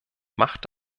macht